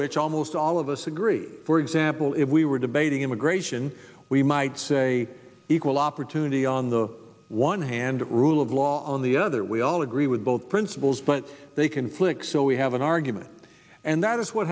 which almost all of us agree for example if we were debating immigration we might say equal opportunity on the one hand rule of law on the other we all agree with both principles but they conflicts so we have an argument and that is what